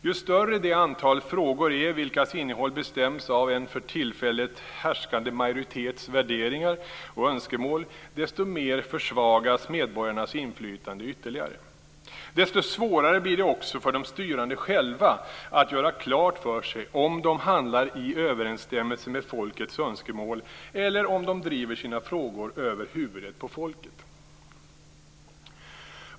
Ju större det antal frågor är vilkas innehåll bestäms av en för tillfället härskande majoritets värderingar och önskemål, desto mer försvagas medborgarnas inflytande ytterligare. Desto svårare blir det också för de styrande själva att göra klart för sig om de handlar i överensstämmelse med folkets önskemål eller om de driver sina frågor över huvudet på folket.